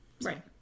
Right